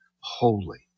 holy